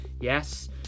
yes